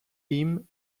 him